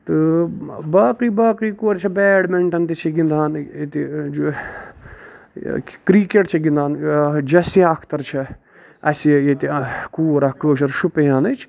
تہٕ باقی باقی کورِ چھےٚ بیڈمِنٹن تہِ چھِ گِندان ییٚتہِ کِرکَٹ چھِ گِندان جسِیا اَختر چھےٚ اَسہِ ییٚتہِ کوٗر اکھ شُپیانٕچ